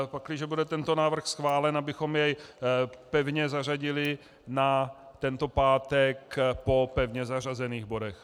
Pakliže bude tento návrh schválen, abychom jej pevně zařadili na tento pátek po pevně zařazených bodech.